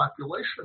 population